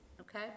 Okay